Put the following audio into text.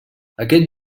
aquest